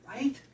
Right